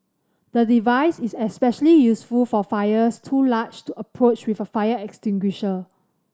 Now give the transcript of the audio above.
the device is especially useful for fires too large to approach with a fire extinguisher